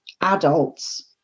adults